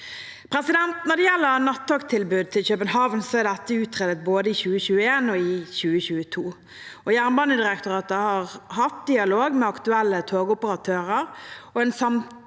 ferdig. Når det gjelder nattogtilbud til København, er dette utredet både i 2021 og i 2022. Jernbanedirektoratet har hatt dialog med aktuelle togoperatører, og en samlet